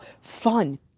fun